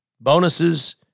bonuses